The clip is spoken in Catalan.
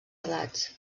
edats